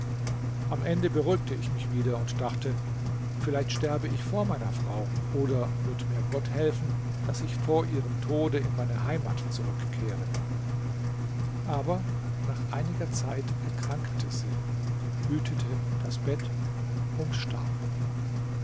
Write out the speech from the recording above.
am ende beruhigte ich mich wieder und dachte vielleicht sterbe ich vor meiner frau oder wird mir gott helfen daß ich vor ihrem tode in meine heimat zurückkehre aber nach einiger zeit erkrankte sie hütete das bett und starb